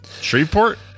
Shreveport